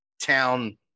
town